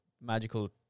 magical